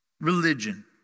religion